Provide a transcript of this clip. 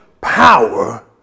power